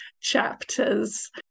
chapters